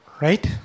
Right